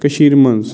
کٔشیٖرِ منٛز